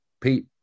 Pete